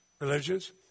religions